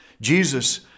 Jesus